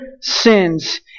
sins